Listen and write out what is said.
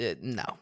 no